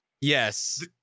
yes